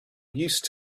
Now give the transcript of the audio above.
used